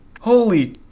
holy